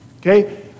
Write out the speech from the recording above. okay